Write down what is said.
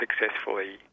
successfully